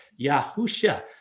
Yahusha